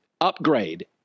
upgrade